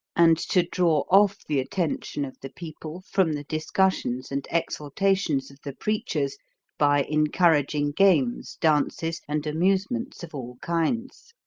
and to draw off the attention of the people from the discussions and exhortations of the preachers by encouraging games, dances, and amusements of all kinds.